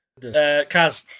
kaz